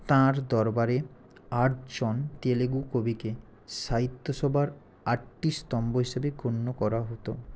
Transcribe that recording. তাঁর দরবারে আটজন তেলেগু কবিকে সাহিত্য সভার আটটি স্তম্ভ হিসেবে গণ্য করা হত